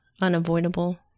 unavoidable